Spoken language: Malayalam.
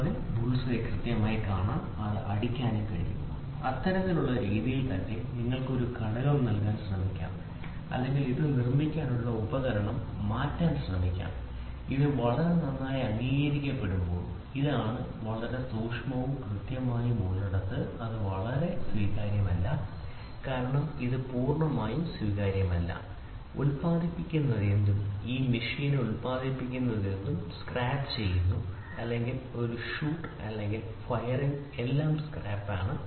അവന് ബുൾസ് ഐ കൃത്യമായി കാണാനും അത് അടിക്കാനും കഴിയും അതേ രീതിയിൽ തന്നെ നിങ്ങൾക്ക് ഒരു ഘടകം നൽകാൻ ശ്രമിക്കാം അല്ലെങ്കിൽ ഇത് നിർമ്മിക്കാനുള്ള ഉപകരണം മാറ്റാൻ ശ്രമിക്കാം ഇത് വളരെ നന്നായി അംഗീകരിക്കപ്പെടുമ്പോൾ ഇതാണ് വളരെ സൂക്ഷ്മമായും കൃത്യമായും ഉള്ളിടത്ത് ഇത് വളരെ സ്വീകാര്യമല്ല കാരണം ഇത് പൂർണ്ണമായും സ്വീകാര്യമല്ല കാരണം ഉൽപാദിപ്പിക്കുന്നതെന്തും ഈ മെഷീനിൽ ഉൽപാദിപ്പിക്കുന്നതെന്തും സ്ക്രാപ്പ് ചെയ്യുന്നു അല്ലെങ്കിൽ ഒരു ഷൂട്ട് അല്ലെങ്കിൽ ഫയറിംഗ് എല്ലാം സ്ക്രാപ്പ് ആണ്